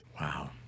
Wow